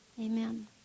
Amen